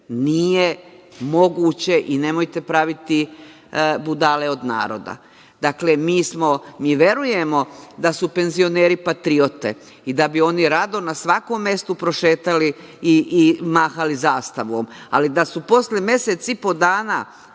Nije moguće i nemojte praviti budale od naroda. Dakle, mi verujemo da su penzioneri patriote i da bi oni rado na svakom mestu prošetali i mahali zastavom, ali da su se posle mesec i po dana